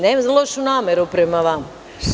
Nemam lošu nameru prema vama.